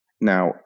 Now